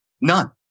None